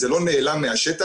זה לא נעלם מהשטח.